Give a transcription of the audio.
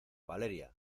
valeria